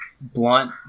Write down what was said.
blunt